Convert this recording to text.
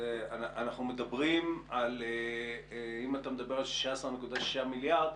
אם אתה מדבר על 16.6 מיליארד,